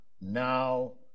now